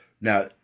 now